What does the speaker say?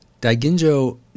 Daiginjo